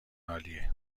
عالیه